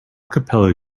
capella